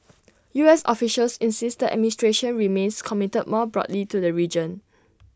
U S officials insist the administration remains committed more broadly to the region